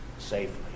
safely